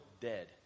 dead